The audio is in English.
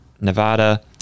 Nevada